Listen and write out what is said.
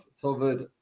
covered